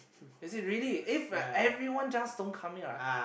is it really if everyone just don't come in right